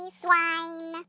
swine